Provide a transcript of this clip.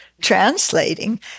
translating